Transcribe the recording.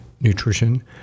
nutrition